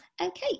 Okay